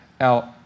out